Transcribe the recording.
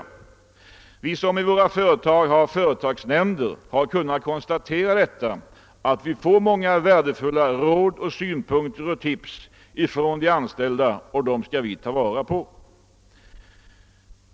Vi som i våra företag har företagsnämnder har kunnat konstatera att vi får många värdefulla råd, synpunkter och tips från de anställda, och dem skall vi ta vara på.